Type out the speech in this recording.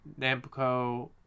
Namco